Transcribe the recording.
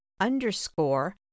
underscore